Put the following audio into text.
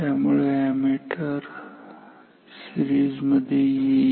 त्यामुळे अॅमीटर सीरिजमध्ये जोडेल